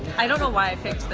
i don't know why i picked this.